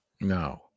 No